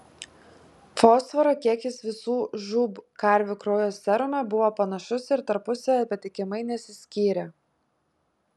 fosforo kiekis visų žūb karvių kraujo serume buvo panašus ir tarpusavyje patikimai nesiskyrė